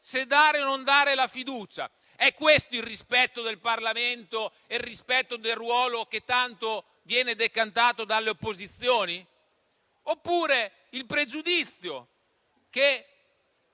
se dare o non dare la fiducia. È questo il rispetto del Parlamento e del ruolo che tanto viene decantato dalle opposizioni? Oppure il pregiudizio che